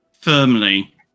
firmly